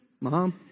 mom